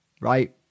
Right